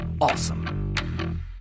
awesome